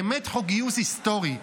באמת חוק גיוס היסטורי,